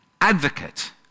Advocate